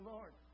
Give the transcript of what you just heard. Lord